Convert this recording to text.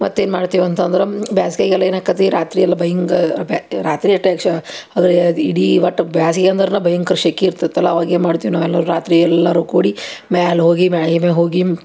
ಮತ್ತೇನು ಮಾಡ್ತೇವೆ ಅಂತಂದ್ರೆ ಬ್ಯಾಸ್ಗೆಗಲ ಏನು ಆಕತಿ ರಾತ್ರಿಯೆಲ್ಲ ಬಯಂಗ ಬೆ ರಾತ್ರಿ ಅಷ್ಟೆ ಅಕ್ಷ ಇಡೀ ಒಟ್ಟು ಬ್ಯಾಸ್ಗೆ ಅಂದರೆ ಭಯಂಕರ ಶೆಕೆ ಇರ್ತಿತ್ತಲ ಅವಾಗ ಏನು ಮಾಡ್ತೀವಿ ನಾವೆಲ್ಲರೂ ರಾತ್ರಿ ಎಲ್ಲರೂ ಕೂಡಿ ಮ್ಯಾಲೆ ಹೋಗಿ ಮ್ಯಾಳ್ಗೆ ಮೇಲ್ ಹೋಗಿ